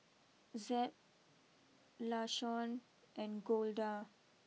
Zeb Lashawn and Golda